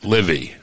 Livy